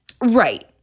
Right